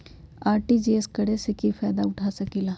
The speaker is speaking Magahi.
आर.टी.जी.एस करे से की फायदा उठा सकीला?